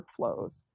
workflows